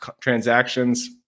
transactions